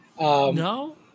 No